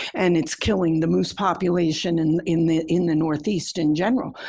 and it's killing the moose population and in the in the northeast in general.